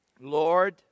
Lord